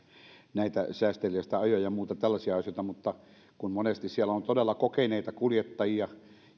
säästeliästä ajoa ja ja muuta tällaisia asioita mutta kun monesti siellä on todella kokeneita kuljettajia